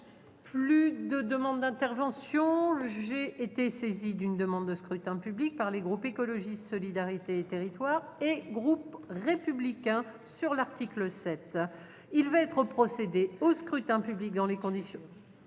Plus de demandes d'. Le j'été saisi d'une demande de scrutin public par les groupe écologiste solidarité et territoires et groupes républicains sur l'article 7 il va être procédé au scrutin public dans les conditions.